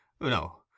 No